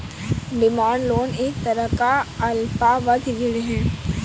demand loan एक तरह का अल्पावधि ऋण है